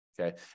Okay